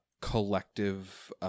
collective